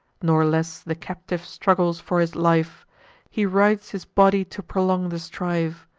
nor less the captive struggles for his life he writhes his body to prolong the strife,